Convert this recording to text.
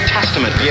Testament